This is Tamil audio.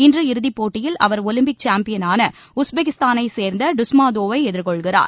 இன்று இறுதிப்போட்டியில் அவர் ஒலிம்பிக் சாம்பியனான உஸ்பெகிஸ்தானைச் சேந்த டுஸ்மாதோவ் ஐ எதிர்கொள்கிறார்